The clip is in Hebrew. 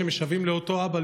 הילדים שמשוועים לאותו אדם,